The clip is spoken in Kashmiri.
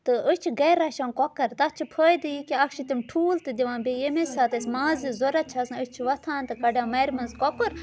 تہٕ أسۍ چھِ گَرِ رَچھان کۄکَر تَتھ چھِ فٲیدٕ یہِ کہِ اَکھ چھِ تِم ٹھوٗل تہِ دِوان بیٚیہِ ییٚمے ساتہٕ اَسہِ مازٕچ ضروٗرت چھِ آسان أسۍ چھِ وۄتھان تہٕ کَڈان مَرِ منٛز کۄکُر